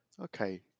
Okay